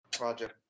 Roger